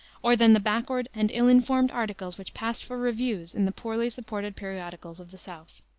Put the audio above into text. or than the backward and ill-informed articles which passed for reviews in the poorly supported periodicals of the south.